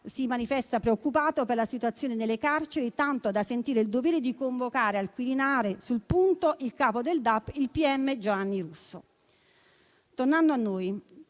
si manifesta preoccupato per la situazione nelle carceri, tanto da sentire il dovere di convocare al Quirinale sul punto il capo del DAP, il pm Giovanni Russo. Tornando a noi,